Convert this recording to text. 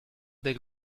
del